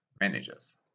managers